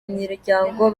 miryango